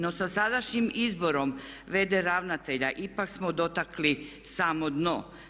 No sa sadašnjim izborom v.d. ravnatelja ipak smo dotakli samo dno.